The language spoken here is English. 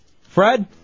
Fred